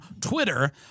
Twitter